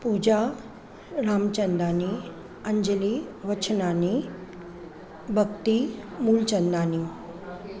Pooja Ramchandani Anjali Vachnani Bhakti Moolchandani